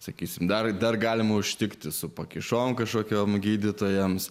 sakysime dar dar galima užtikti su pakišom kažkokiom gydytojams